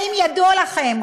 האם ידוע לכם,